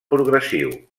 progressiu